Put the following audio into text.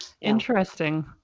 Interesting